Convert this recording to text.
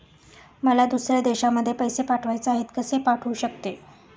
मला दुसऱ्या देशामध्ये पैसे पाठवायचे आहेत कसे पाठवू शकते?